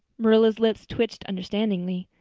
marilla's lips twitched understandingly.